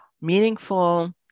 meaningful